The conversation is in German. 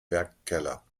werkkeller